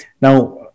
Now